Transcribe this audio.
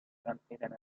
confident